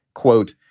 quote,